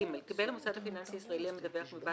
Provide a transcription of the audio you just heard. קיבל המוסד הפיננסי הישראלי המדווח מבעל